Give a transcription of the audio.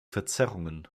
verzerrungen